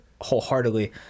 wholeheartedly